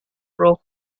rojo